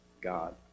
God